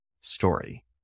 story